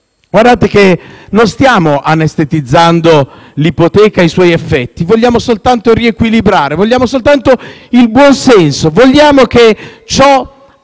Guardate che non stiamo anestetizzando l'ipoteca e i suoi effetti: vogliamo soltanto riequilibrare; vogliamo soltanto il buon senso; vogliamo che ciò